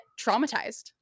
traumatized